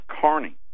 Carney